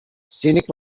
scenic